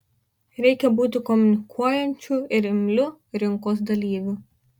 reikia būti komunikuojančiu ir imliu rinkos dalyviu